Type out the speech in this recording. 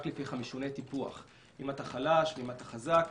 לפי חמישוני טיפוח אם אתה חלש ואם אתה חזק.